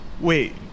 wait